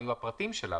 מה יהיו הפרטים שלה,